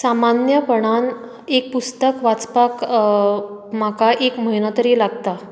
सामान्यपणान एक पुस्तक वाचपाक म्हाका एक म्हयनो तरी लागता